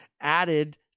added